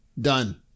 Done